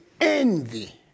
envy